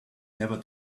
never